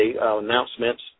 announcements